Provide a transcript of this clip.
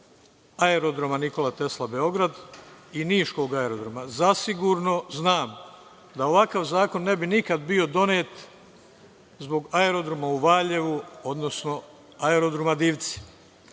aerodroma „Nikola Tesla“ Beograd i niškog aerodroma. Zasigurno znam da ovakav zakon ne bi nikad bio donet zbog aerodroma u Valjevu, odnosno aerodroma „Divci“.